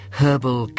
herbal